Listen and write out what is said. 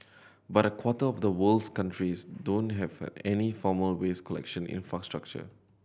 but a quarter of the world's countries don't have any formal waste collection infrastructure